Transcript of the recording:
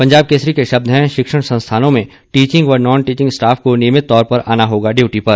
पंजाब केसरी के शब्द हैं शिक्षण संस्थानों में टीचिंग व नॉन टीचिंग स्टॉफ को नियमित तौर पर आना होगा डयूटी पर